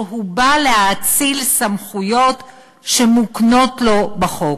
הוא בא להאציל סמכויות שמוקנות לו בחוק?